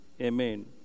Amen